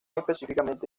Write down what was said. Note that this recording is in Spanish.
específicamente